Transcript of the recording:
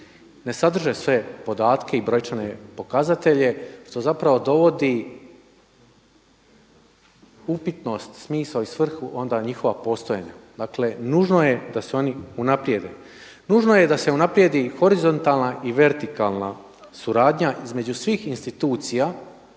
ne sadrže sve podatke i brojčane pokazatelje što zapravo dovodi upitnost, smisao i svrhu onda njihova postojanja. Dakle, nužno je da se oni unaprijede. Nužno je da se unaprijedi horizontalna i vertikalna suradnja između svih institucija